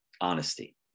honesty